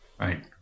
Right